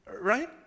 right